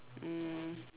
um